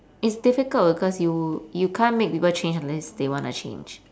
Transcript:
it's difficult cause you you can't make people change unless they wanna change